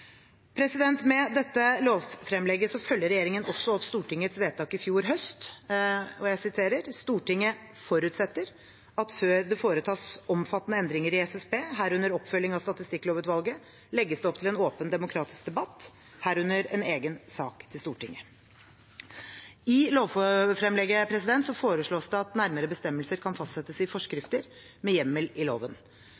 Med dette lovfremlegget følger regjeringen også opp Stortingets vedtak fra i fjor høst: «Stortinget forutsetter at før det foretas omfattende endringer i SSB, herunder oppfølging av statistikklovutvalget, legges det opp til en åpen demokratisk debatt, herunder en egen sak til Stortinget.» I lovfremlegget foreslås det at nærmere bestemmelser kan fastsettes i